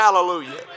Hallelujah